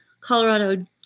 Colorado